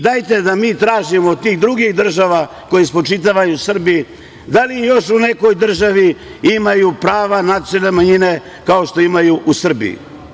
Dajte da mi tražimo od tih drugih država, koje spočitavaju Srbiji, da li još u nekoj državi imaju prava nacionalne manjine kao što imaju u Srbiji?